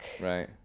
Right